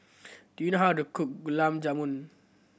do you know how to cook Gulab Jamun